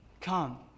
Come